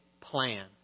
plan